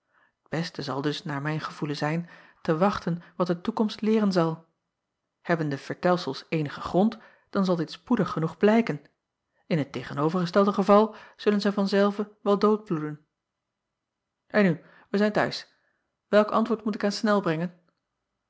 este zal dus naar mijn gevoelen zijn te wachten wat de toekomst leeren zal hebben de vertelsels eenigen grond dan zal dit spoedig genoeg blijken in het tegenovergestelde geval zullen zij van zelve wel doodbloeden n nu wij zijn t huis welk antwoord moet ik aan nel brengen